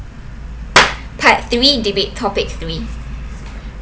part three debate topic three